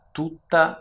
tutta